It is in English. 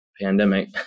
pandemic